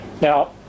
Now